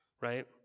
right